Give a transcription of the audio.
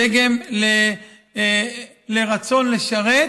דגם לרצון לשרת,